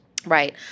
Right